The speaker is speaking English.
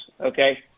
okay